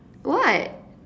what